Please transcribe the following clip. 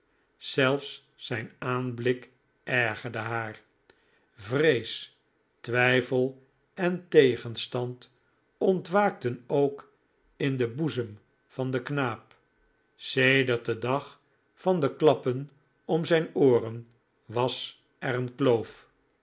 zelfs zijn aanblik ergerde haar vrees twijfel en tegenstand ontwaakten ook in den boezem van den knaap sedert den dag van de klappen om zijn ooren was er een kloof